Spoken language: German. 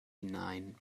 hinein